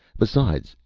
besides,